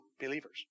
believers